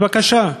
אז בבקשה,